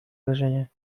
wrażenie